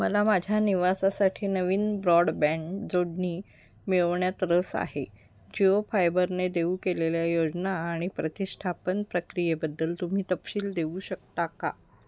मला माझ्या निवासासाठी नवीन ब्रॉडबँड जोडणी मिळवण्यात रस आहे जिओ फायबरने देऊ केलेल्या योजना आणि प्रतिष्ठापन प्रक्रियेबद्दल तुम्ही तपशील देऊ शकता का